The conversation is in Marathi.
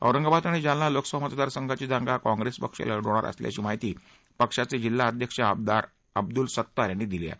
औरंगाबाद आणि जालना लोकसभा मतदारसंघाची जागा काँप्रेस पक्ष लढवणार असल्याची माहिती पक्षाचे जिल्हा अध्यक्ष आमदार अब्दूलसत्तार यांनी दिली आहे